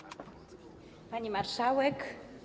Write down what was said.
Pani Marszałek!